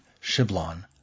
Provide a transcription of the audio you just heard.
Shiblon